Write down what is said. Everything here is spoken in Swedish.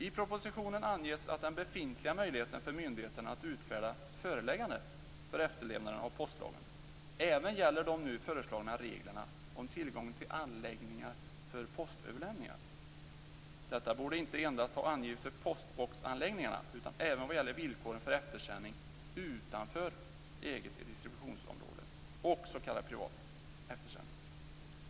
I propositionen anges att den befintliga möjligheten för myndigheten att utfärda föreläggande för efterlevnaden av postlagen även gäller de nu föreslagna reglerna om tillgången till anläggningar för postöverlämning. Detta borde inte endast ha angivits för postboxanläggningarna utan även vad gäller villkoren för eftersändning utanför eget distributionsområde och s.k. privat eftersändning.